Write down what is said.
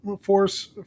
force